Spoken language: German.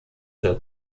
für